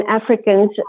Africans